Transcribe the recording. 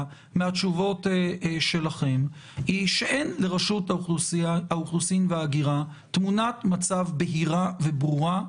מהתשובות שלכם היא שאין לרשות האוכלוסין וההגירה תמונת מצב בהירה וברורה.